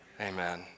Amen